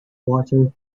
water